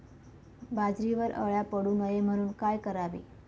बाजरीवर अळ्या पडू नये म्हणून काय करावे?